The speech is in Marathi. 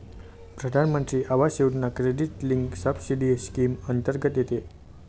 प्रधानमंत्री आवास योजना क्रेडिट लिंक्ड सबसिडी स्कीम अंतर्गत येते